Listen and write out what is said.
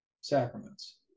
sacraments